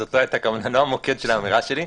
זאת לא הייתה הכוונה, לא המוקד של האמירה שלי.